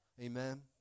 Amen